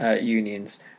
Unions